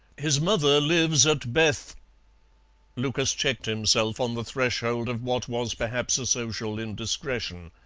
his mother lives at beth lucas checked himself on the threshold of what was perhaps a social indiscretion.